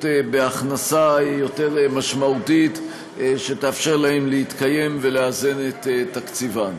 בהכנסה יותר משמעותית שתאפשר להם להתקיים ולאזן את תקציבן.